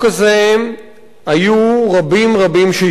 רבים רבים התנגדו